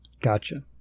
Gotcha